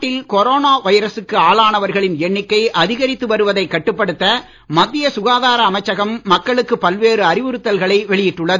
நாட்டில் கொரோனா வைரசுக்கு ஆளானவர்களின் எண்ணிக்கை அதிகரித்து வருவதை கட்டுப்படுத்த மத்திய சுகாதார அமைச்சகம் மக்களுக்கு பல்வேறு அறிவுறுத்தல்களை வெளியிட்டுள்ளது